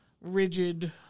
rigid